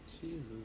Jesus